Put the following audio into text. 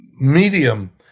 medium